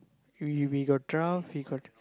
we we got draft we got